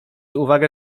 uwagę